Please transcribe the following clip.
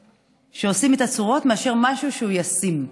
שעושים איתה צורות מאשר משהו שהוא ישים.